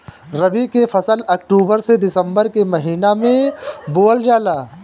रबी के फसल अक्टूबर से दिसंबर के महिना में बोअल जाला